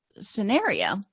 scenario